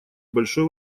большой